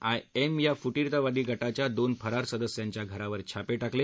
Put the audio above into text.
I M या फुटीरतावादी संघटनेच्या दोन फरार सदस्यांच्या घरावर छापे टाकले